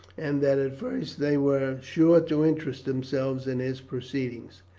and that at first they were sure to interest themselves in his proceedings.